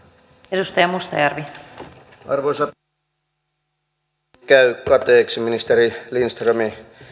arvoisa puhemies ei käy kateeksi ministeri lindströmin